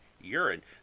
urine